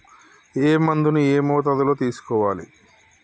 ఏ మందును ఏ మోతాదులో తీసుకోవాలి?